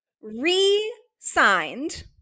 re-signed